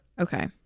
Okay